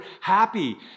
happy